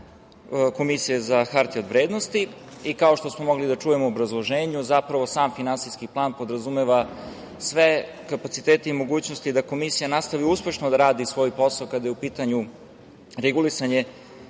Komisije za hartije od vrednosti. Kao što smo mogli da čujemo u obrazloženju, zapravo, sam Finansijski plan podrazumeva sve kapacitete i mogućnosti da Komisija nastavi uspešno da radi svoj posao kada je u pitanju regulisanje